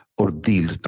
ordeal